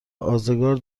آزگار